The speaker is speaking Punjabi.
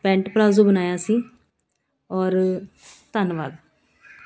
ਪੈਂਟ ਪਲਾਜੋ ਬਣਾਇਆ ਸੀ ਔਰ ਧੰਨਵਾਦ